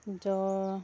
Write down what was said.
জ্বৰ